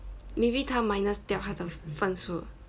maybe 他 minus 掉他的分数